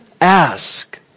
Ask